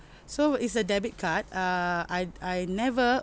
so it's a debit card err I I never